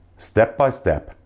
step by step,